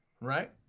right